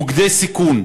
מוקדי סיכון.